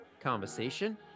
conversation